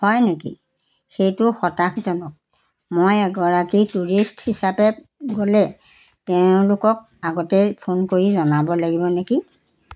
হয় নেকি সেইটো হতাশজনক মই এগৰাকী টুৰিষ্ট হিচাপে গ'লে তেওঁলোকক আগতে ফোন কৰি জনাব লাগিব নেকি